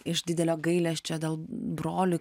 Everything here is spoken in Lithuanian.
iš didelio gailesčio dėl broliui